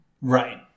Right